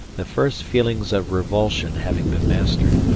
the first feelings of revulsion having been mastered,